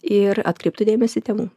ir atkreiptų dėmesį tėvų